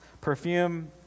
Perfume